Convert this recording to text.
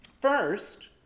First